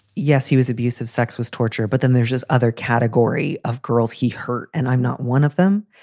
yes, he was abusive, sex was torture. but then there's this other category of girls he hurt. and i'm not one of them.